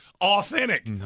authentic